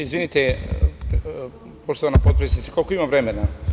Izvinite, poštovana potpredsednice, koliko imam vremena?